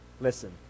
listen